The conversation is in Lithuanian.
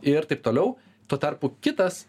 ir taip toliau tuo tarpu kitas